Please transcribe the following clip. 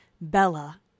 Bella